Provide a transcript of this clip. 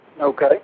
Okay